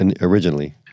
originally